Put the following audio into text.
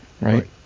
Right